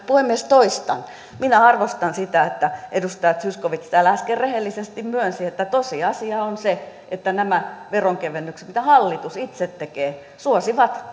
minä nyt puhemies toistan minä arvostan sitä että edustaja zyskowicz täällä äsken rehellisesti myönsi että tosiasia on se että nämä veronkevennykset mitä hallitus itse tekee käytännössä suosivat